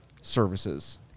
services